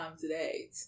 today